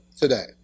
today